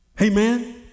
Amen